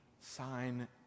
sign